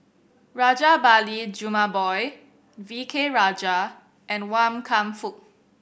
Rajabali Jumabhoy V K Rajah and Wan Kam Fook